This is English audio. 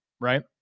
right